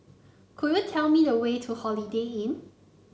could you tell me the way to Holiday Inn